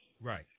Right